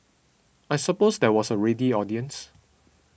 I suppose there was a ready audience